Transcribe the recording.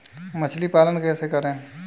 मछली पालन कैसे करें?